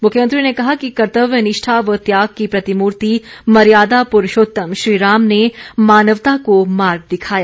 मुख्यमंत्री ने कहा कि कर्तव्य निष्ठा व त्याग की प्रतिमूर्ति मर्यादा पुरूषोतम श्रीराम ने मानवता को मार्ग दिखाया